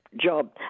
Job